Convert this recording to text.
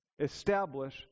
establish